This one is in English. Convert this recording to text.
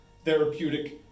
Therapeutic